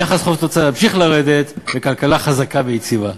יחס חוב תוצר שממשיך לרדת וכלכלה חזקה ויציבה.